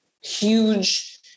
huge